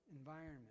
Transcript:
environment